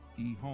eHome